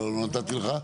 לא נתתי לך.